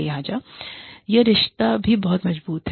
लिहाजा वह रिश्ता भी बहुत मजबूत है